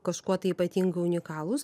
kažkuo tai ypatingai unikalūs